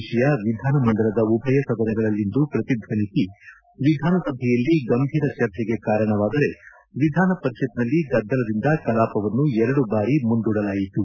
ವಿಷಯ ವಿಧಾನಮಂಡಲದ ಉಭಯ ಸದನಗಳಲ್ಲಿಂದು ಪ್ರತಿದ್ದನಿಸಿ ವಿಧಾನಸಭೆಯಲ್ಲಿ ಗಂಭೀರ ಚರ್ಚೆಗೆ ಕಾರಣವಾದರೆ ವಿಧಾನ ಪರಿಷತ್ತಿನಲ್ಲಿ ಗದ್ದಲದಿಂದ ಕಲಾಪವನ್ನು ಎರಡು ಬಾರಿ ಮುಂದೂಡಲಾಯಿತು